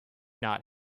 not